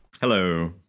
Hello